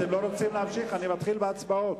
אתם לא רוצים להמשיך, אני מתחיל בהצבעות.